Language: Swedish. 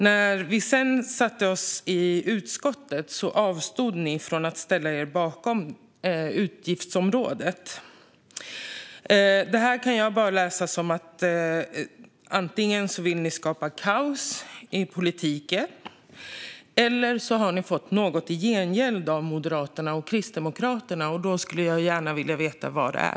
När vi sedan satte oss i utskottet avstod Sverigedemokraterna från att ställa sig bakom utgiftsområdet. Detta kan jag bara läsa som att ni antingen vill skapa kaos i politiken eller har fått något i gengäld av Moderaterna och Kristdemokraterna, och då skulle jag gärna vilja veta vad det är.